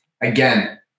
again